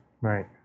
Right